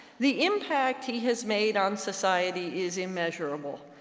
the impact he has made on society is immeasurable.